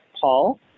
Paul